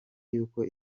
y’uko